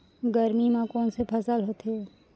गरमी मा कोन से फसल होथे?